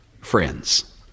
friends